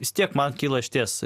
vis tiek man kilo išties